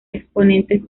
exponentes